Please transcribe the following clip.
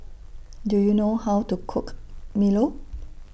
Do YOU know How to Cook Milo